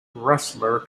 wrestler